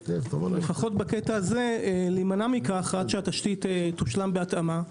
לפחות במקרה הזה להימנע מכך עד שהתשתית תושלם בהתאמה,